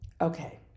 okay